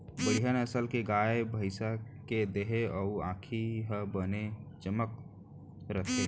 बड़िहा नसल के गाय, भँइसी के देहे अउ आँखी ह बने चमकत रथे